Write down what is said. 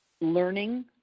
learning